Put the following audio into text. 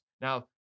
Now